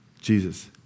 Jesus